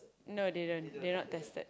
no they don't they not tested